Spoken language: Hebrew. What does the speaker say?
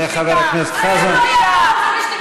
אני במילה אחת,